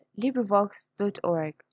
LibriVox.org